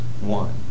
One